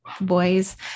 boys